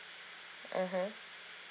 mmhmm